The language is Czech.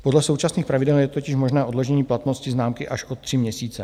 Podle současných pravidel je totiž možné odložení platnosti známky až od tři měsíce.